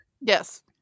Yes